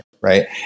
Right